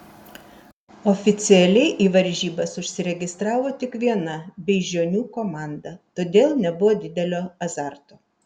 oficialiai į varžybas užsiregistravo tik viena beižionių komanda todėl nebuvo didelio azarto